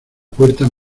puerta